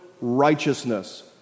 righteousness